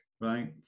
right